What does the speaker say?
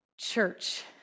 Church